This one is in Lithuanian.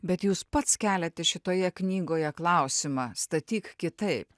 bet jūs pats keliate šitoje knygoje klausimą statyk kitaip